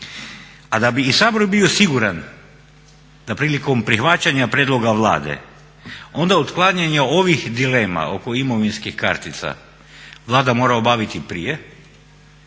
A da bi i sabor bio siguran da prilikom prihvaćanja prijedloga Vlade onda otklanjanje ovih dilema oko imovinskih kartica Vlada mora obaviti prije,